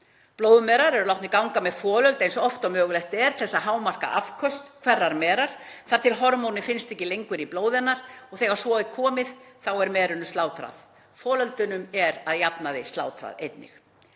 Blóðmerar eru látnar ganga með folöld eins oft og mögulegt er til að hámarka afköst hverrar merar, þar til hormónið finnst ekki lengur í blóði hennar. Þegar svo er komið er merunum slátrað. Folöldunum er að jafnaði slátrað.